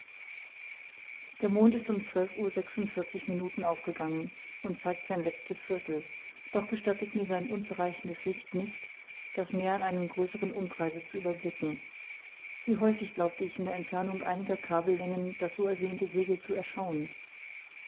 der mond ist um zwölf uhr sechsundvierzig minuten aufgegangen und zeigt sein letztes viertel doch gestattet mir sein unzureichendes licht nicht das meer in einem größeren umkreise zu überblicken wie häufig glaubte ich in der entfernung einiger kabellängen das so ersehnte segel zu erschauen